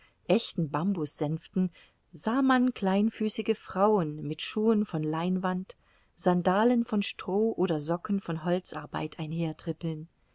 echten bambussänften sah man kleinfüßige frauen mit schuhen von leinwand sandalen von stroh oder socken von holzarbeit